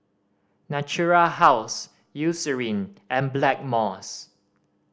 Natura House Eucerin and Blackmores